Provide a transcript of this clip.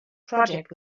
project